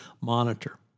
monitor